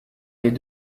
les